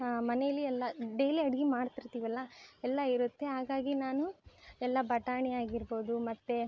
ಹಾ ಮನೇಲಿ ಎಲ್ಲ ಡೈಲಿ ಅಡ್ಗೆ ಮಾಡ್ತಿರ್ತೀವಲ್ಲ ಎಲ್ಲ ಇರುತ್ತೆ ಹಾಗಾಗಿ ನಾನು ಎಲ್ಲ ಬಟಾಣಿ ಆಗಿರ್ಬೋದು ಮತ್ತೆ